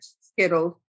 Skittles